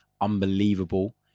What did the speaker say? unbelievable